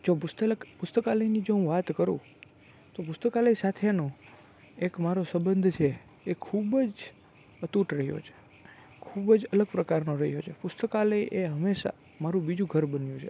જો પુસ્તકાલયની જો હું વાત કરું તો પુસ્તકાલય સાથેનું એક મારો સબંધ છે એક ખૂબ જ અતૂટ રહ્યો છે ખૂબ જ અલગ પ્રકારનો રહ્યો છે પુસ્તકાલય એ હંમેશા મારું બીજું ઘર બન્યું છે